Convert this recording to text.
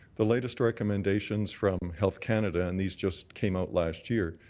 the latest recommendations from health canada, and these just came out last year,